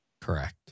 Correct